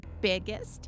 biggest